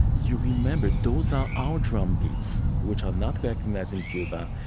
you remembered. those are our drumbeats which are not recognized in cuba,